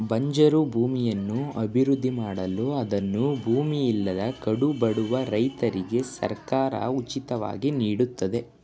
ಬಂಜರು ಭೂಮಿಯನ್ನು ಅಭಿವೃದ್ಧಿ ಮಾಡಲು ಅದನ್ನು ಭೂಮಿ ಇಲ್ಲದ ಕಡುಬಡವ ರೈತರಿಗೆ ಸರ್ಕಾರ ಉಚಿತವಾಗಿ ನೀಡುತ್ತದೆ